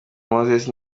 moses